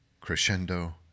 Crescendo